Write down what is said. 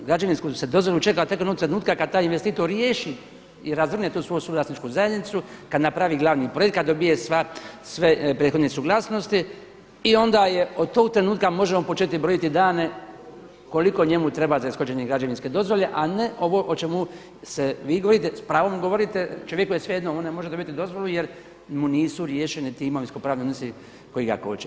Građevinsku se dozvolu čeka tek onog trenutka kada taj investitor riješi i razvrgne tu svoju suvlasničku zajednicu, kada napravi glavni projekt, kada dobije sve prethodne suglasnosti i onda je, od tog trenutka možemo početi brojati dane koliko njemu treba za ishođenje građevinske dozvole a ne ovo o čemu vi govorite, s pravom mu govorite, čovjeku je svejedno, on ne može dobiti dozvolu jer mu nisu riješeni ti imovinsko pravni odnosi koji ga koče.